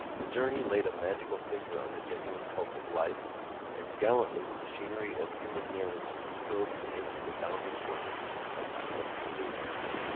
the journey laid a magical finger on the genuine pulse of life and gallantly the machinery of human nerves strove to answer the bounding courses of the swift blue animal.